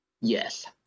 yes